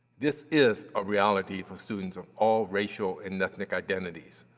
this is a reality for students of all racial and ethnic identities,